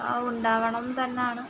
ഉണ്ടാവണം തന്നാണ്